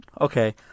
Okay